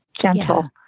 gentle